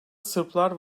sırplar